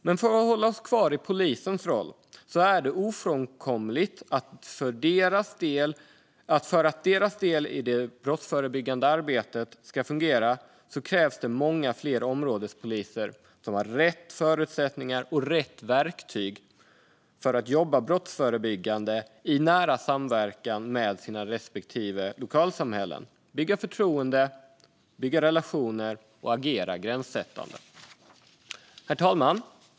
Men för att hålla oss kvar vid polisens roll är det ofrånkomligt att för att deras del i det brottsförebyggande arbetet ska fungera krävs många fler områdespoliser som har rätt förutsättningar och rätt verktyg för att jobba brottsförebyggande i nära samverkan med sina respektive lokalsamhällen, bygga förtroende, bygga relationer och agera gränssättande.